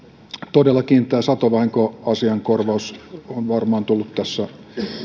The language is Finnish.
todellakin tämä satovahinkoasian korvaus on varmaan tullut tässä